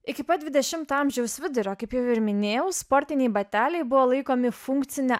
iki pat dvidešimto amžiaus vidurio kaip jau ir minėjau sportiniai bateliai buvo laikomi funkcine